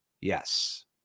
Yes